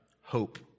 hope